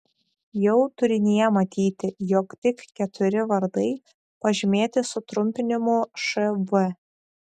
jau turinyje matyti jog tik keturi vardai pažymėti sutrumpinimu šv